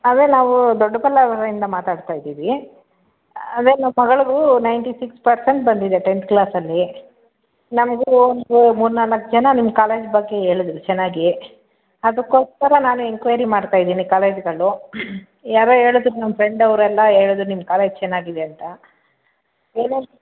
ಅದೇ ನಾವು ದೊಡ್ಡಬಳ್ಳಾಪುರ ಇಂದ ಮಾತಾಡ್ತಾ ಇದ್ದೀವಿ ಅದೆ ನಮ್ಮ ಮಗಳದ್ದು ನೈಂಟಿ ಸಿಕ್ಸ್ ಪರ್ಸೆಂಟ್ ಬಂದಿದೆ ಟೆಂತ್ ಕ್ಲಾಸಲ್ಲಿ ನಮಗೆ ಒಂದು ಮೂರು ನಾಲ್ಕು ಜನ ನಿಮ್ಮ ಕಾಲೇಜ್ ಬಗ್ಗೆ ಹೇಳಿದರು ಚೆನ್ನಾಗಿ ಅದಕ್ಕೋಸ್ಕರ ನಾನು ಎನ್ಕ್ವೈರಿ ಮಾಡ್ತಾಯಿದ್ದೀನಿ ಕಾಲೇಜ್ಗಳು ಯಾರೋ ಹೇಳಿದರು ನಮ್ಮ ಫ್ರೆಂಡ್ ಅವರೆಲ್ಲ ಹೇಳಿದರು ನಿಮ್ಮ ಕಾಲೇಜ್ ಚೆನ್ನಾಗಿದೆ ಅಂತ